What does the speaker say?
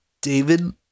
David